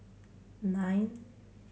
nine